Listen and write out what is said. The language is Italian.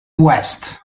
west